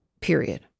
Period